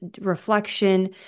reflection